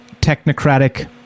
technocratic